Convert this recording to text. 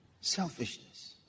Selfishness